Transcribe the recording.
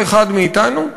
כל אחד מאתנו,